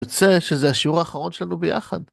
יוצא שזה השיעור האחרון שלנו ביחד.